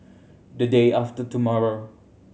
the day after tomorrow